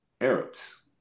Arabs